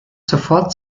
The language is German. sofort